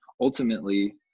ultimately